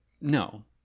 no